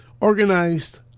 organized